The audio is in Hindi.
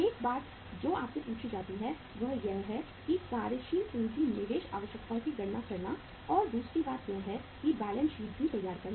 एक बात जो आपसे पूछी जाती है वह यह है कि कार्यशील पूंजी निवेश आवश्यकताओं की गणना करना और दूसरी बात यह है कि बैलेंस शीट भी तैयार करना